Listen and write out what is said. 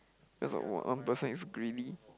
cause of one person is greedy